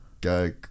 go